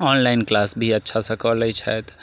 online class भी अच्छासँ कऽ लै छथि